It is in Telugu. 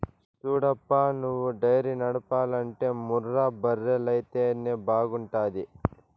సూడప్పా నువ్వు డైరీ నడపాలంటే ముర్రా బర్రెలైతేనే బాగుంటాది